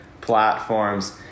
platforms